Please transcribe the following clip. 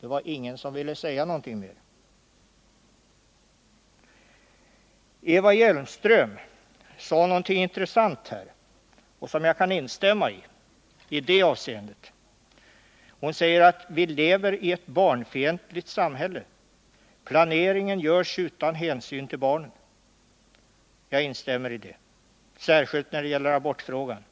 Det var ingen som ville säga någonting mer. Eva Hjelmström sade någonting intressant som jag kan instämma i. Hon sade att vi lever i ett barnfientligt samhälle. Planeringen görs utan hänsyn till barnen. Jag instämmer i det, särskilt när det gäller abortfrågan.